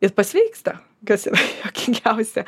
ir pasveiksta kas yra juokingiausia